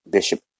Bishop